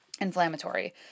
inflammatory